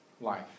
life